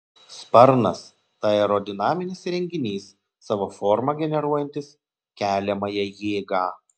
sparnas tai aerodinaminis įrenginys savo forma generuojantis keliamąją jėgą